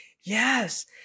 Yes